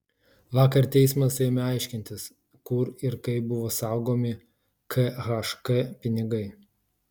vakar teismas ėmė aiškintis kur ir kaip buvo saugomi khk pinigai